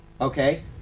Okay